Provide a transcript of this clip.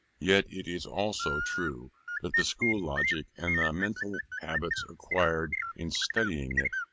yet it is also true that the school logic, and the mental habits acquired in studying it,